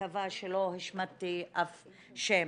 מקווה שלא השמטתי אף שם.